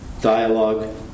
Dialogue